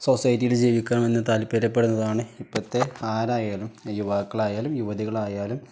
സൊസൈറ്റിയിൽ ജീവിക്കണമെന്ന് താല്പര്യപ്പെടുന്നതാണ് ഇപ്പോഴത്തെ ആരായാലും യുവാക്കളായാലും യുവതികളായാലും